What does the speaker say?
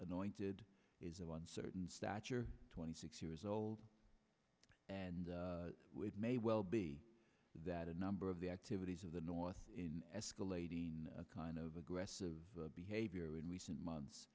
anointed is of uncertain stature twenty six years old and may well be that a number of the activities of the north in escalating kind of aggressive behavior in recent months